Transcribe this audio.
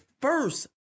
first